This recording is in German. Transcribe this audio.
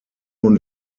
und